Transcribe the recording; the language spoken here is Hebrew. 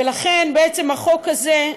ולכן בעצם החוק הזה,